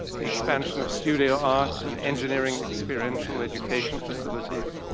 the expansion of studio art and engineering experiential education facilities,